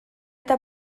eta